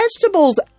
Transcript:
vegetables